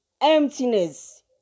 Emptiness